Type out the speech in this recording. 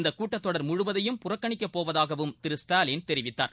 இந்த கூட்டத்தொடர் முழுவதையும் புறக்கணிக்க போவதாகவும்திரு ஸ்டாலின் தெரிவித்தார்